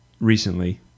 recently